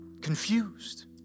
confused